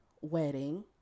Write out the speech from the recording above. wedding